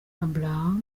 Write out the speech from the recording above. abraham